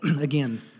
again